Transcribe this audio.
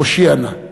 הושיעה נא.